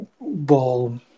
Ball